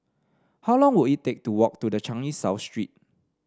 how long will it take to walk to the Changi South Street